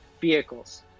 vehicles